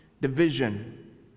Division